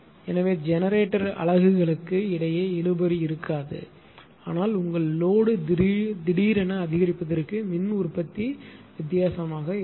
எனவே ஜெனரேட்டர் அலகுகளுக்கு இடையே இழுபறி இருக்காது ஆனால் உங்கள் லோடு திடீரென அதிகரிப்பதற்கு மின் உற்பத்தி வித்தியாசமாக இருக்கும்